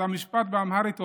אז המשפט באמהרית אומר: